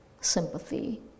sympathy